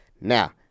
now